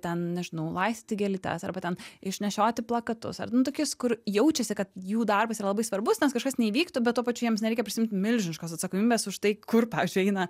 ten nežinau laistyti gėlytes arba ten išnešioti plakatus ar nu tokius kur jaučiasi kad jų darbas yra labai svarbus nes kažkas neįvyktų bet tuo pačiu jiems nereikia prisiimt milžiniškos atsakomybės už tai kur pavyzdžiui eina